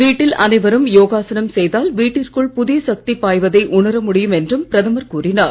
வீட்டில் அனைவரும் யோகாசனம் செய்தால் வீட்டிற்குள் புதிய சக்தி பாய்வதை உணர முடியும் என்றும் பிரதமர் கூறினார்